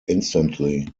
instantly